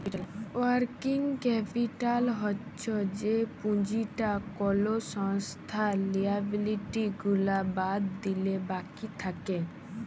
working capital হচ্ছ যে পুঁজিটা কোলো সংস্থার লিয়াবিলিটি গুলা বাদ দিলে বাকি থাক্যে